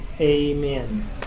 Amen